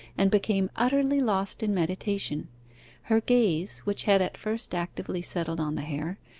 and became utterly lost in meditation her gaze, which had at first actively settled on the hair,